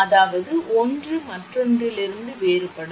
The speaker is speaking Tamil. அதாவது ஒன்று மற்றொன்றிலிருந்து வேறுபடும்